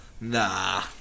Nah